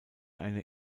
eine